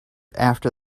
after